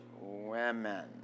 women